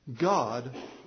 God